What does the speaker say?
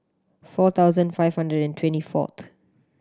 four thousand five hundred and twenty fourth